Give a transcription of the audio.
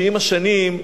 שעם השנים,